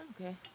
Okay